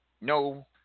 no